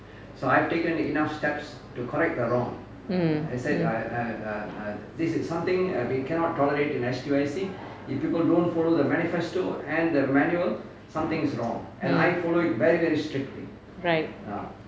mm mm right